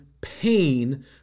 pain